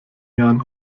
jahren